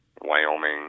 Wyoming